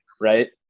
right